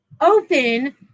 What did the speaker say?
open